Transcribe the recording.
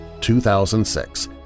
2006